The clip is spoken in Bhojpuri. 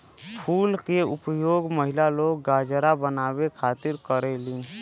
फूल के उपयोग महिला लोग गजरा बनावे खातिर करलीन